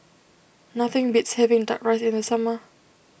nothing beats having Duck Rice in the summer